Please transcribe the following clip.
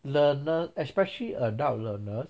learner especially adult learner